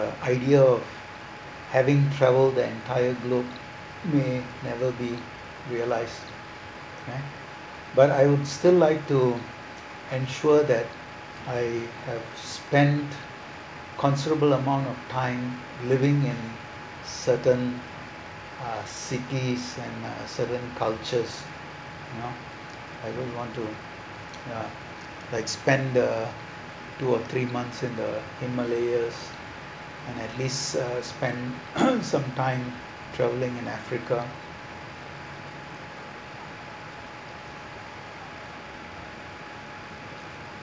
uh idea of having travel the entire globe may never be realised ya but I will still like to ensure that I have spend considerable amount of time living in certain uh city and uh certain cultures you know I will want to ya like spend the two or three month in the himalaya and at least uh spend some tine travelling in africa